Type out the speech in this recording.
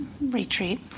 retreat